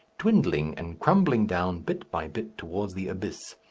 dwindling and crumbling down bit by bit towards the abyss.